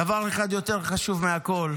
דבר אחד יותר חשוב מהכול,